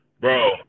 Bro